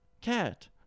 cat